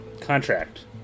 contract